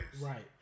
right